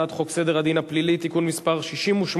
הצעת חוק העונשין (תיקון מס' 116)